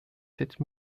sept